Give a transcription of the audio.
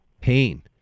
pain